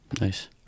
Nice